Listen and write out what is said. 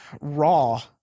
raw